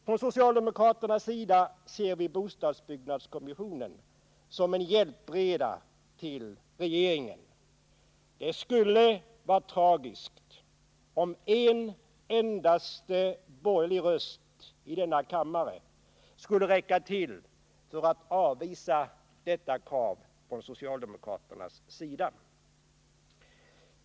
Från socialdemokraternas sida ser vi bostadsbyggnadskommissionen som en hjälpreda till regeringen. Det skulle vara tragiskt om en endaste borgerlig röst skulle räcka till för att avvisa detta krav från socialdemokraternas sida.